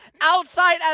outside